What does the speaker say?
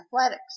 athletics